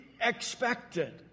expected